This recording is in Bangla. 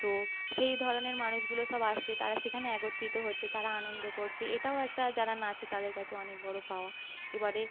তো সেই ধরনের মানুষগুলো সব আসছে তারা সেখানে একত্রিত হচ্ছে তারা আনন্দ করছে এটাও একটা যারা নাচে তাদের কাছে অনেক বড় পাওয়া এবারে